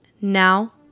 Now